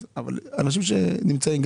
אבל אנשים שנמצאים,